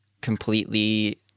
completely